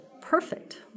perfect